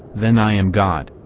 then i am god.